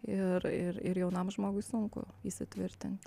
ir ir jaunam žmogui sunku įsitvirtinti